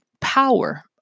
power